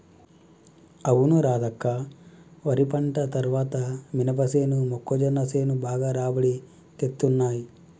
అవును రాధక్క వరి పంట తర్వాత మినపసేను మొక్కజొన్న సేను బాగా రాబడి తేత్తున్నయ్